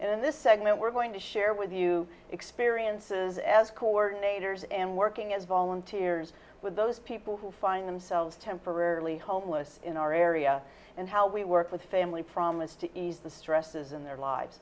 in this segment we're going to share with you experiences as coordinators and working as volunteers with those people who find themselves temporarily homeless in our area and how we work with family promised to ease the stresses in their lives